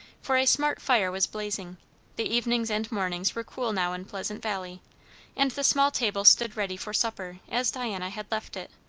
for a smart fire was blazing the evenings and mornings were cool now in pleasant valley and the small table stood ready for supper, as diana had left it.